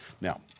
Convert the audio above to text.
Now